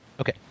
okay